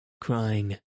crying